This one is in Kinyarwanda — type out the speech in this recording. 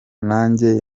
nanjye